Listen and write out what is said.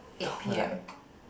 eight p_m